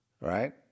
Right